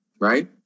right